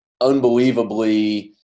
unbelievably